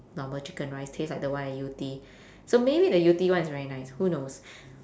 normal chicken rice tastes like the one at yew tee so maybe the yew tee one is very nice who knows